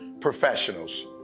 professionals